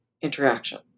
interaction